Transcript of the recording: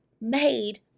made